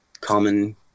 common